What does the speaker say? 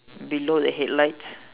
below the headlights